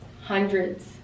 hundreds